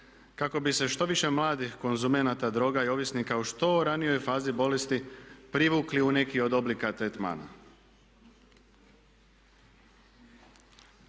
kako bi se što više mladih konzumenata droga i ovisnika u što ranijoj fazi bolesti privukli u neki od oblika tretmana.